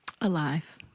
Alive